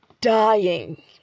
dying